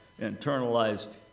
internalized